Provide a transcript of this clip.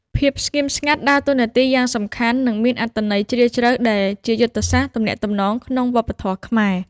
ភាពស្ងៀមស្ងាត់ដើរតួនាទីយ៉ាងសំខាន់ និងមានអត្ថន័យជ្រាលជ្រៅដែលជាយុទ្ធសាស្ត្រទំនាក់ទំនងក្នុងវប្បធម៌ខ្មែរ។